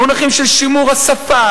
מונחים של שימור השפה,